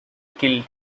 killed